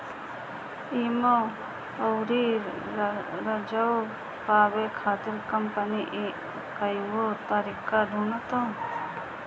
एमे अउरी राजस्व पावे खातिर कंपनी कईगो तरीका ढूंढ़ता